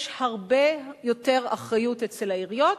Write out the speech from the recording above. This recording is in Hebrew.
יש הרבה יותר אחריות אצל העיריות.